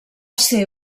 ser